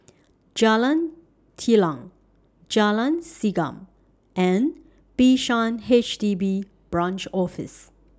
Jalan Telang Jalan Segam and Bishan H D B Branch Office